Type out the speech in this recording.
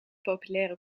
populaire